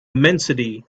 immensity